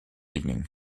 evening